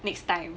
next time